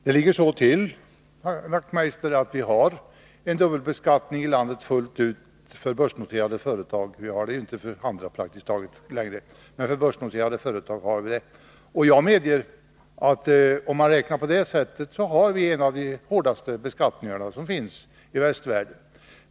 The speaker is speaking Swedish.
Herr talman! Det ligger så till, herr Wachtmeister, att vi har en dubbelbeskattning i landet fullt ut för börsnoterade företag, men praktiskt taget inte för andra. Om man räknar på det sättet har vi, det medger jag, en 161 11 Riksdagens protokoll 1982/83:52-53 av de hårdaste beskattningar som finns i västvärlden.